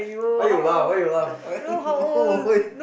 why you laugh why you laugh